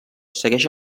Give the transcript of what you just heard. segueix